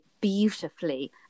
beautifully